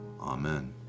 Amen